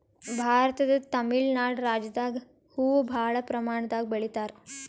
ಭಾರತದ್ ತಮಿಳ್ ನಾಡ್ ರಾಜ್ಯದಾಗ್ ಹೂವಾ ಭಾಳ್ ಪ್ರಮಾಣದಾಗ್ ಬೆಳಿತಾರ್